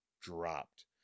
dropped